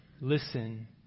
Listen